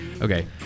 Okay